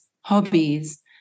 hobbies